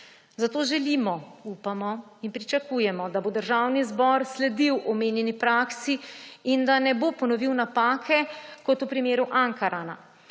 Zato želimo, upamo in pričakujemo, da bo Državni zbor sledil omenjeni praksi in da ne bo ponovil napake kot v primeru Ankarana.